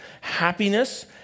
Happiness